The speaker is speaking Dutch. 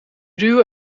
ruwe